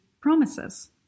promises